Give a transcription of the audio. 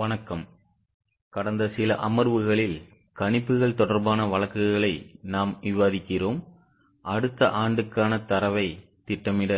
வணக்கம்கடந்த சில அமர்வுகளில் கணிப்புகள் தொடர்பான வழக்குகளை நாம் விவாதிக்கிறோம்அடுத்த ஆண்டுக்கான தரவை திட்டமிட